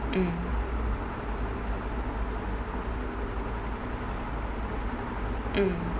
mm mm